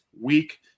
week